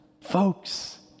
Folks